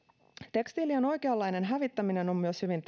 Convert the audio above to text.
tekstiilien oikeanlainen hävittäminen on myös hyvin